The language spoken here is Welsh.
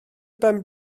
ben